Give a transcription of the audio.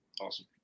Awesome